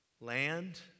Land